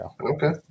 Okay